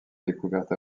découverte